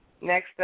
Next